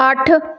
ਅੱਠ